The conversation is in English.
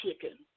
chicken